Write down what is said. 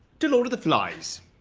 to lord of the flies,